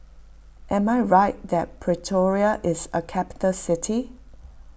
am I right that Pretoria is a capital city